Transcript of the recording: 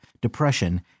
depression